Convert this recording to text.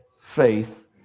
faith